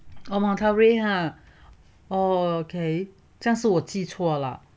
oh manta rays ha oh okay 这样子我记错了